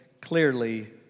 clearly